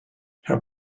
how